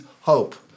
hope